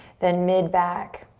then mid-back,